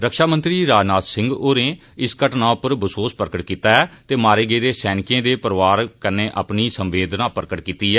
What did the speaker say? रक्षा मंत्री राजनाथ सिंह होरें इस घटना पर बसोस प्रकट कीता ऐ ते मारे गेदे सैनिकें दे परिवारें कन्नै अपनी संवेदना प्रकट कीती ऐ